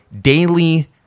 daily